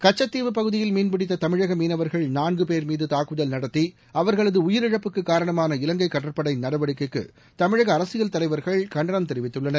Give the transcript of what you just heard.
கச்சத்தீவு பகுதியில் மீன்பிடித்த தமிழக மீனவர்கள் நான்கு பேர் மீது தாக்குதல் நடத்தி அவர்களது உயிரிழப்புக்கு காரணமான இலங்கை கடற்படை நடவடிக்கைக்கு தமிழக அரசியல் தலைவர்கள் கண்டனம் தெரிவித்துள்ளனர்